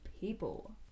people